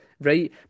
right